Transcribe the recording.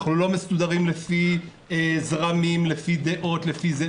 אנחנו לא מסודרים לפי זרמים, לפי דעות וכן הלאה.